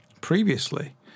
previously